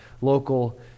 local